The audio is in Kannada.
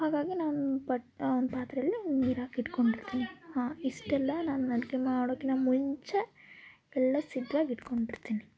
ಹಾಗಾಗಿ ನಾನು ಬಟ್ ಪಾತ್ರೆಲಿ ನೀರು ಹಾಕಿ ಇಟ್ಟುಕೊಂಡಿರ್ತೀನಿ ಹಾಂ ಇಷ್ಟೆಲ್ಲ ನಾನು ಅಡುಗೆ ಮಾಡೋಕ್ಕಿಂತ ಮುಂಚೆ ಎಲ್ಲ ಸಿದ್ವಾಗಿ ಇಟ್ಟುಕೊಂಡಿರ್ತೀನಿ